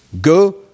go